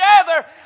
together